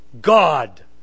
God